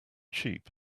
cheap